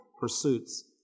pursuits